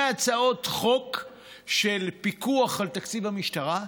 מהצעות חוק של פיקוח על תקציב המשטרה,